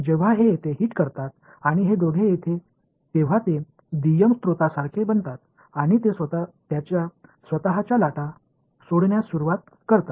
जेव्हा हे येथे हिट करतात आणि हे दोघे येथे तेव्हा ते दुय्यम स्त्रोतांसारखे बनतात आणि ते त्यांच्या स्वत च्या लाटा सोडण्यास सुरवात करतात